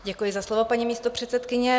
Děkuji za slovo, paní místopředsedkyně.